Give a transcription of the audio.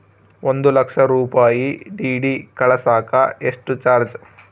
ಒಂದು ಲಕ್ಷ ರೂಪಾಯಿ ಡಿ.ಡಿ ಕಳಸಾಕ ಎಷ್ಟು ಚಾರ್ಜ್?